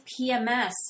PMS